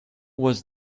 was